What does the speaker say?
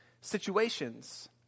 situations